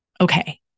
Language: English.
Okay